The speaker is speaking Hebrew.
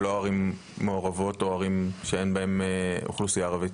לא בערים מעורבות ולא בערים עם אוכלוסייה ערבית.